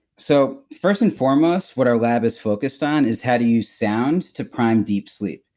so, first and foremost what our lab is focused on is how to use sound to prime deep sleep.